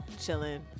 chilling